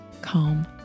Calm